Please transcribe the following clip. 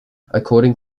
according